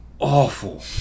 Awful